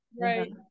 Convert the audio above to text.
Right